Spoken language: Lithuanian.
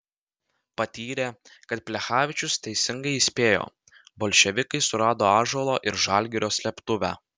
patyrė kad plechavičius teisingai įspėjo bolševikai surado ąžuolo ir žalgirio slėptuvę